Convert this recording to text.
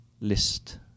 list